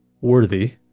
worthy